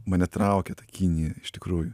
mane traukė ta kinija iš tikrųjų